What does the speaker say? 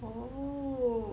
oh